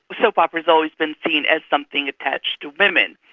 soap opera's always been seen as something attached to women.